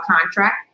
contract